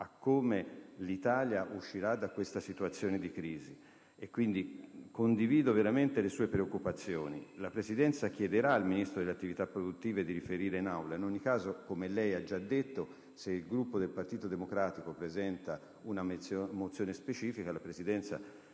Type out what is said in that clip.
a come l'Italia uscirà da questa situazione di crisi. Quindi, condivido pienamente le sue preoccupazioni. La Presidenza chiederà al Ministro dello sviluppo economico di riferire in Aula. In ogni caso, come lei ha già detto, se il Gruppo del Partito Democratico presenterà una mozione specifica, la Presidenza